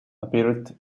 appeared